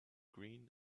green